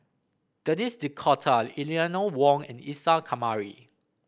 Denis D'Cotta Eleanor Wong and Isa Kamari